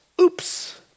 Oops